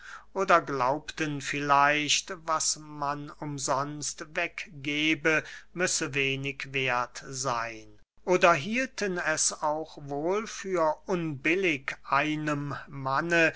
oder glaubten vielleicht was man umsonst weggebe müsse wenig werth seyn oder hielten es auch wohl für unbillig einem manne